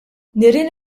nirien